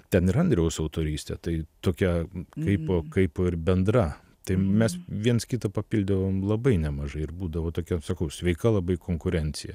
ten ir andriaus autorystė tai tokia kaipkaip ir bendra tai mes viens kitą papildavom labai nemažai ir būdavo tokia sakau sveika labai konkurencija